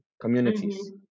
communities